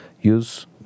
use